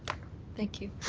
thank you.